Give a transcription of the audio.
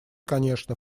конечно